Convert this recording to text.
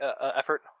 effort